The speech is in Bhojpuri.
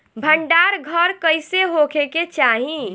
भंडार घर कईसे होखे के चाही?